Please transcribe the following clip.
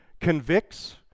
convicts